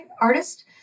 artist